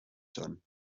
son